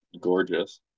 gorgeous